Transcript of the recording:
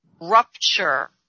rupture